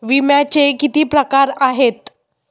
विम्याचे किती प्रकार आहेत?